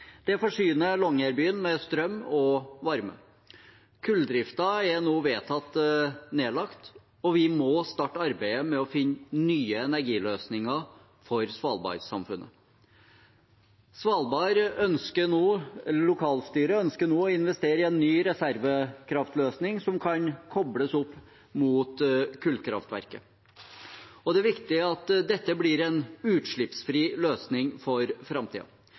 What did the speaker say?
Det forsyner Longyearbyen med strøm og varme. Kulldriften er nå vedtatt nedlagt, og vi må starte arbeidet med å finne nye energiløsninger for svalbardsamfunnet. Lokalstyret på Svalbard ønsker nå å investere i en ny reservekraftløsning som kan kobles opp mot kullkraftverket. Det er viktig at dette blir en utslippsfri løsning for